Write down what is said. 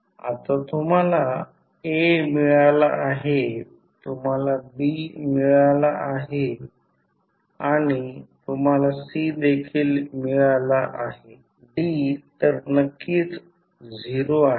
आता तुम्हाला A मिळाला आहे तुम्हाला B मिळाला आहे आणि तुम्हाला C देखील मिळाला आहे तर D नक्कीच 0 आहे